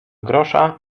grosza